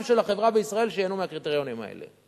של החברה בישראל שייהנו מהקריטריונים האלה.